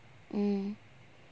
mm mm